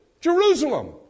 Jerusalem